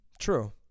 True